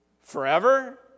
Forever